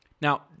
Now